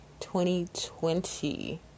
2020